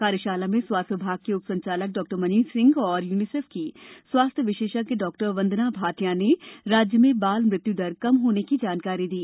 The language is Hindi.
कार्यशाला में स्वास्थ्य विभाग के उपसंचालक डॉ मनीष सिंह और यूनीसेफ की स्वास्थ्य विशेषज्ञ डॉ वंदना भाटिया ने राज्य में बाल मृत्यु दर कम होने की जानकारी दी